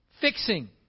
fixing